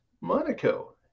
Monaco